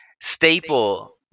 staple